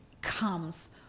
comes